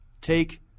Take